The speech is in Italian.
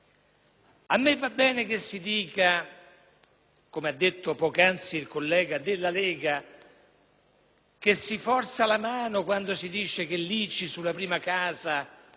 A me va bene che si dica - come ha fatto poco fa il collega della Lega - che si forza la mano quando si afferma che l'ICI sulla prima casa